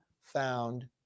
found